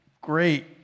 great